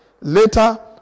Later